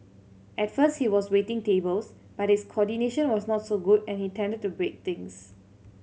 at first he was waiting tables but his coordination was not so good and he tended to break things